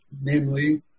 namely